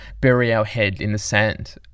bury-our-head-in-the-sand